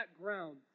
ground